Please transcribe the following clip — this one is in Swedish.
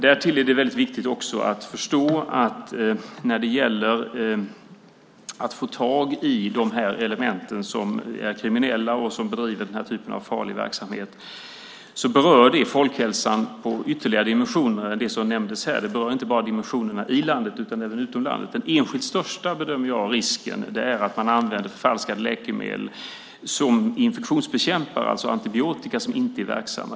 Därtill är det viktigt att förstå när det gäller att få tag i de kriminella element som bedriver den här typen av farlig verksamhet att detta berör folkhälsan i ytterligare dimensioner än det som nämndes här, inte bara dimensionerna i landet utan även utom landet. Den enskilt största risken bedömer jag är att man använder förfalskade läkemedel som infektionsbekämpare, det vill säga antibiotika som inte är verksam.